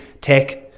tech